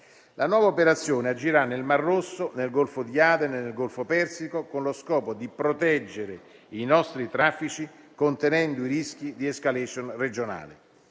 La nuova operazione agirà nel Mar Rosso, nel Golfo di Aden e nel Golfo Persico, con lo scopo di proteggere i nostri traffici contenendo i rischi di *escalation* regionali.